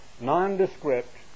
nondescript